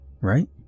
right